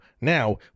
Now